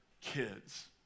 kids